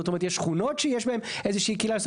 זאת אומרת, יש שכונות שיש בהן איזה שהיא קהילה.